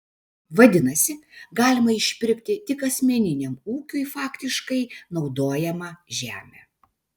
vadinasi galima išpirkti tik asmeniniam ūkiui faktiškai naudojamą žemę